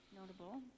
notable